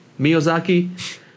Miyazaki